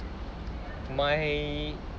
my